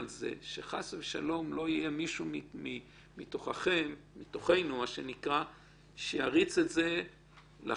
שחס ושלום לא יהיה מישהו מתוככם שיריץ את זה לחבר'ה,